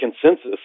consensus